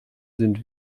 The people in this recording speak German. sind